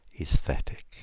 aesthetic